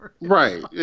Right